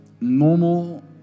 normal